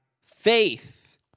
faith